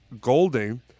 Golding